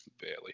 barely